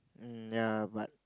um ya but